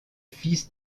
fils